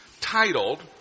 titled